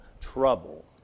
trouble